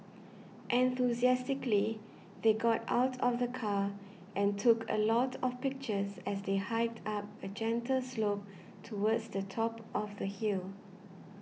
enthusiastically they got out of the car and took a lot of pictures as they hiked up a gentle slope towards the top of the hill